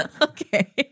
okay